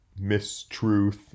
mistruth